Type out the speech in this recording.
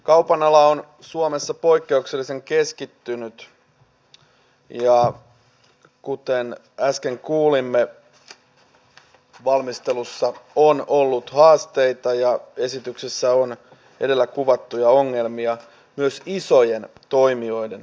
kaupan ala on suomessa poikkeuksellisen keskittynyt ja kuten äsken kuulimme valmistelussa on ollut haasteita ja esityksessä on edellä kuvattuja ongelmia myös isojen toimijoiden osalta